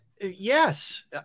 Yes